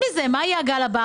מי מייצג שיתוף פעולה אזורי?